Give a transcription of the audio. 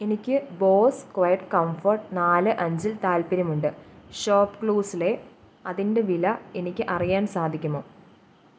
എനിക്ക് Bose quiet comfort നാല് അഞ്ചിൽ താൽപ്പര്യമുണ്ട് ഷോപ്പ്ക്ലൂസിലെ അതിൻ്റെ വില എനിക്ക് അറിയാൻ സാധിക്കുമോ